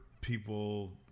people